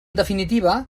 definitiva